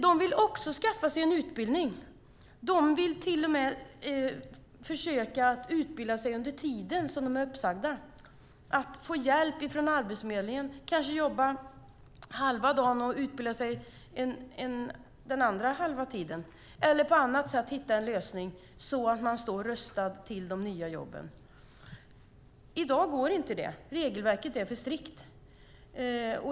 De vill också skaffa sig en utbildning. De vill till och med försöka utbilda sig under tiden som de är uppsagda. De skulle kunna få hjälp från Arbetsförmedlingen, kanske jobba halva dagen och utbilda sig den andra halvan eller på annat sätt hitta en lösning så att de står rustade för att kunna ta de nya jobben. I dag går inte det, för regelverket är för strikt.